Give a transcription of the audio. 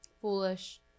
Foolish